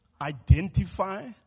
Identify